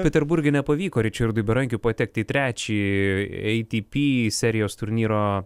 peterburge nepavyko ričardui berankiui patekti į trečiąjį atp serijos turnyro